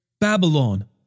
Babylon